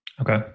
Okay